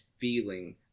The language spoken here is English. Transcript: feeling